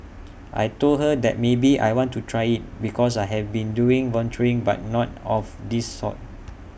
I Told her that maybe I want to try IT because I have been doing volunteering but not of this sort